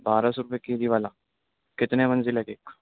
بارہ سو روپئے کے جی والا کتنے منزلہ کیک